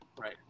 Right